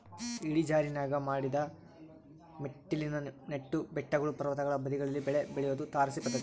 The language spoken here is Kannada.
ಇಳಿಜಾರಿನಾಗ ಮಡಿದ ಮೆಟ್ಟಿಲಿನ ನೆಟ್ಟು ಬೆಟ್ಟಗಳು ಪರ್ವತಗಳ ಬದಿಗಳಲ್ಲಿ ಬೆಳೆ ಬೆಳಿಯೋದು ತಾರಸಿ ಪದ್ಧತಿ